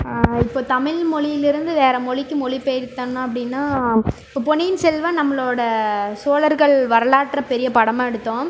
இப்போது தமிழ் மொழியில் இருந்து வேறு மொழிக்கு மொழி பெயர்த்தோன்னால் அப்படின்னா இப்போது பொன்னியின் செல்வன் நம்மளோட சோழர்கள் வரலாற்றை பெரிய படமாக எடுத்தோம்